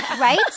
right